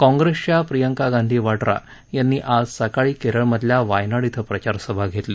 काँग्रेसच्या प्रियका गांधी वड्रा यांनी आज सकाळी केरळ मधल्या वायनाड श्विं प्रचारसभा घेतली